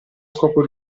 scopo